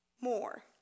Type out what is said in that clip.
more